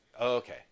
Okay